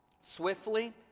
swiftly